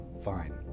Fine